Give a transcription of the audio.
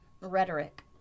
rhetoric